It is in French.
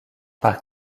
par